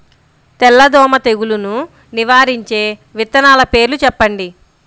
తెల్లదోమ తెగులును నివారించే విత్తనాల పేర్లు చెప్పండి?